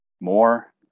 more